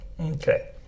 okay